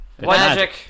Magic